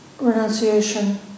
renunciation